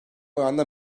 oranda